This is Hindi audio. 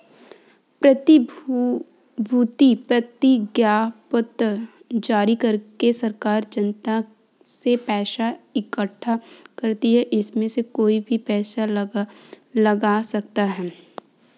प्रतिभूति प्रतिज्ञापत्र जारी करके सरकार जनता से पैसा इकठ्ठा करती है, इसमें कोई भी पैसा लगा सकता है